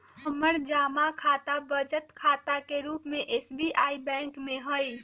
हमर जमा खता बचत खता के रूप में एस.बी.आई बैंक में हइ